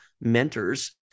mentors